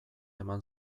eman